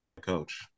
Coach